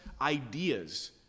ideas